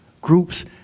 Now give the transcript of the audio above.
groups